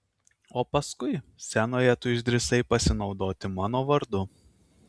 o paskui scenoje tu išdrįsai pasinaudoti mano vardu